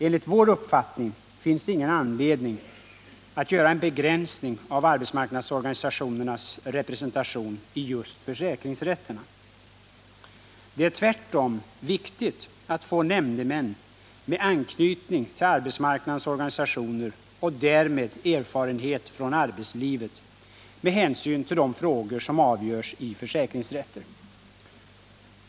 Enligt vår uppfattning finns det ingen anledning att göra en begränsning av arbetsmarknadsorganisationernas representation i just försäkringsrätterna. Det är tvärtom viktigt att få nämndemän med anknytning till arbetsmarknadens organisationer och därmed erfarenhet från arbetslivet, med hänsyn till de frågor som avgörs i försäkringsrätter.